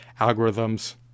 algorithms